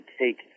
take